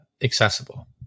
accessible